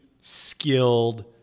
skilled